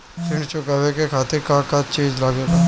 ऋण चुकावे के खातिर का का चिज लागेला?